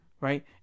right